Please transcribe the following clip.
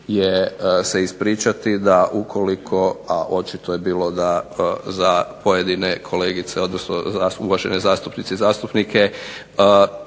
je se ispričati da ukoliko, a očito je bilo da za pojedine kolegice, odnosno za uvažene zastupnice i zastupnike